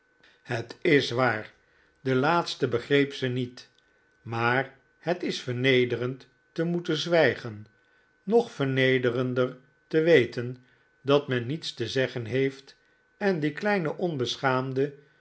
het is waar de laatste begreep ze niet maar het is vernederend te moeten zwijgen nog vernederender te weten dat men niets te zeggen heeft en die kleine onbeschaamde